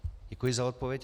Děkuji za odpověď.